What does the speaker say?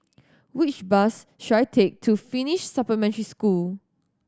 which bus should I take to Finnish Supplementary School